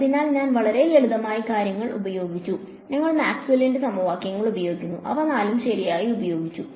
അതിനാൽ ഞങ്ങൾ വളരെ ലളിതമായ കാര്യങ്ങൾ ഉപയോഗിച്ചു ഞങ്ങൾ മാക്സ്വെല്ലിന്റെ സമവാക്യങ്ങൾ ഉപയോഗിക്കുന്നു അവ നാലും ശരിയായി ഉപയോഗിച്ചു